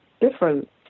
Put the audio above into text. different